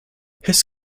his